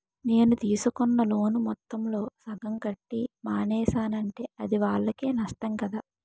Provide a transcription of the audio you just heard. నేను తీసుకున్న లోను మొత్తంలో సగం కట్టి మానేసానంటే అది వాళ్ళకే నష్టం కదా